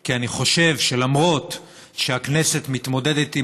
כי אני חושב שלמרות שהכנסת מתמודדת עם